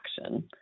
action